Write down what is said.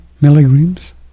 milligrams